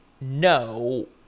no